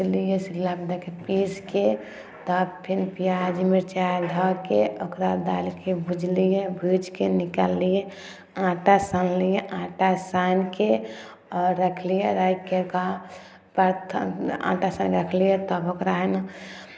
पिसलियै सिल्लापर दए कऽ पीस कऽ तब फेर प्याज मिरचाइ धऽ कऽ ओकरा दालि कऽ भुजलियै भूजि कऽ निकाललियै आँटा सानलियै आँटा सानि कऽ आओर रखलियै राखि कऽ परथन आँटा सानि कऽ रखलियै तब ओकरा हइ ने